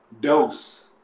dose